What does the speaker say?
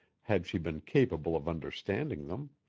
had he been capable of understanding them.